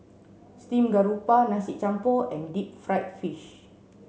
steamed Garoupa Nasi Campur and deep fried fish